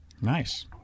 nice